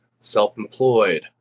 self-employed